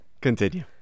Continue